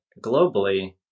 globally